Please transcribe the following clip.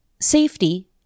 Safety